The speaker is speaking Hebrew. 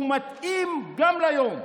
שהוא מתאים גם היום: